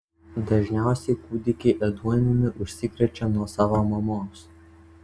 dažniausiai kūdikiai ėduonimi užsikrečia nuo savo mamos